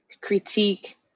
critique